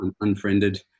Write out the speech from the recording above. unfriended